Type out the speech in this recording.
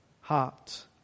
heart